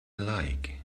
like